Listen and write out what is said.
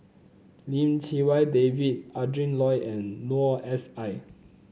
Lim Chee Wai David Adrin Loi and Noor S I